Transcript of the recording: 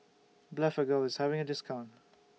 Blephagel IS having A discount